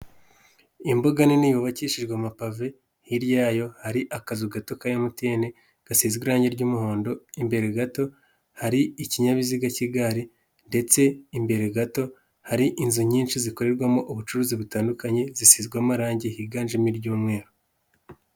Imbuga nini yubakishijwe amapave, hirya yayo hari akazu gato ka MTN gasizwe irangi ry'umuhondo, imbere gato hari ikinyabiziga k'igare, ndetse imbere gato hari inzu nyinshi zikorerwamo ubucuruzi butandukanye zisizwe amarangi higanjemo iry'umweru.